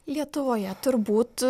lietuvoje turbūt